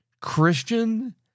Christian